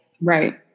Right